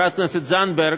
וחברת הכנסת זנדברג,